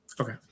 Okay